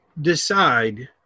decide